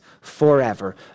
forever